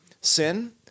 sin